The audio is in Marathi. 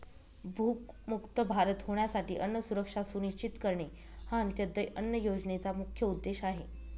भूकमुक्त भारत होण्यासाठी अन्न सुरक्षा सुनिश्चित करणे हा अंत्योदय अन्न योजनेचा मुख्य उद्देश आहे